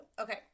Okay